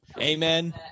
Amen